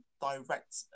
direct